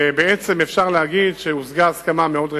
ובעצם אפשר להגיד שהושגה הסכמה מאוד רחבה.